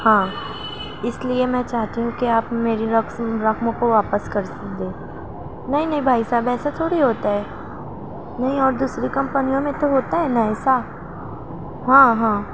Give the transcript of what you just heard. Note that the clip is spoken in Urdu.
ہاں اس لیے میں چاہتی ہوں کہ آپ میری رقم کو واپس کر دیں نہیں نہیں بھائی صاحب ایسے تھوڑی ہوتا ہے نہیں اور دوسری کمپنیوں میں تو ہوتا ہے نا ایسا ہاں ہاں